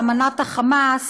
באמנת ה"חמאס",